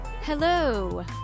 Hello